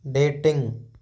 dating